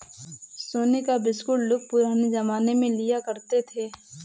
सोने का बिस्कुट लोग पुराने जमाने में लिया करते थे